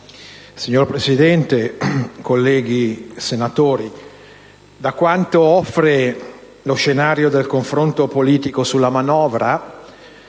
Signora Presidente, colleghi senatori, da quanto offre lo scenario del confronto politico sulla manovra,